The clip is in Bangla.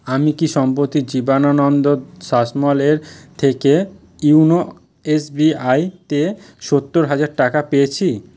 আমি কি সম্প্রতি জীবানানন্দ শাসমলের থেকে য়োনো এসবিআই তে সত্তর হাজার টাকা পেয়েছি